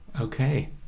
Okay